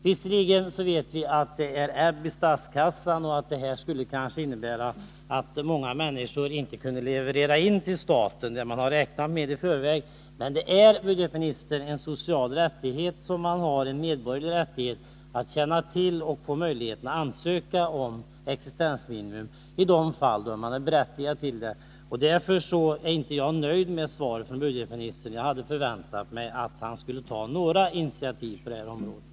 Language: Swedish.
Visserligen vet vi att det är ebb i statskassan och att ett större utnyttjande av reglerna för existensminimum kanske skulle innebära att många människor inte kunde leverera in till staten det man har räknat med i förväg. Men det är, herr budgetminister, en medborgerlig rättighet att känna till reglerna och få möjlighet att ansöka om existensminimum i de fall då man är berättigad till det. Mot denna bakgrund är jag inte nöjd med svaret från budgetministern — jag hade förväntat mig att han skulle ta några initiativ på det här området.